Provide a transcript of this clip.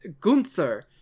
Gunther